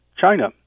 China